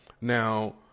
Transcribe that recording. Now